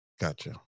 Gotcha